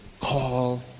call